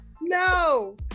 No